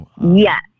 Yes